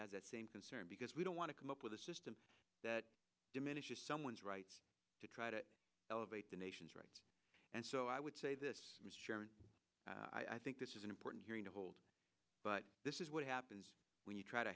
has that same concern because we don't want to come up with a system that diminishes someone's rights to try to elevate the nation's rights and so i would say this i think this is an important hearing to hold but this is what happens when you try to